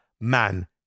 man